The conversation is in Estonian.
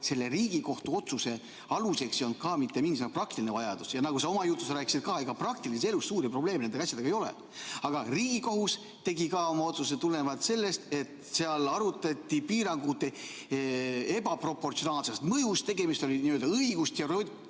selle Riigikohtu otsuse aluseks on ju ka mitte mingisugune praktiline vajadus. Ja nagu sa oma jutus rääkisid ka, siis ega praktilises elus suuri probleeme nende asjadega ei ole. Aga Riigikohus tegi ka oma otsuse tulenevalt sellest, et seal arutati piirangute ebaproportsionaalset mõju, tegemist oli õigusteoreetilise